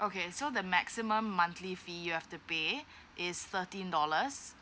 okay so the maximum monthly fee you have to pay is thirteen dollars